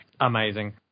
amazing